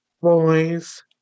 Boys